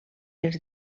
els